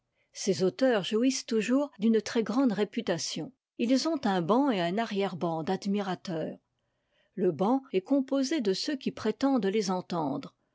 ces auteurs jouissent toujours d'une très grande réputation ils ont un ban et un arrière ban d'admirateurs le ban est composé de ceux qui prétendent les entendre